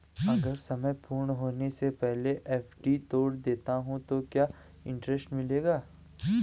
अगर समय पूर्ण होने से पहले एफ.डी तोड़ देता हूँ तो क्या इंट्रेस्ट मिलेगा?